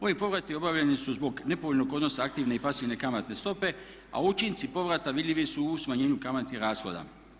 Ovi povrati obavljeni su zbog nepovoljnog odnosa aktivne i pasivne kamatne stope, a učinci povrata vidljivi su u smanjenju kamatnih rashoda.